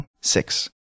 six